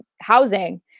housing